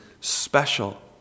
special